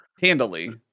handily